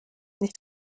nicht